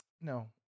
no